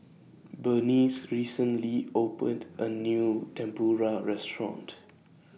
Berniece recently opened A New Tempura Restaurant